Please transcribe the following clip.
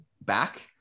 back